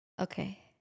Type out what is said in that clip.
Okay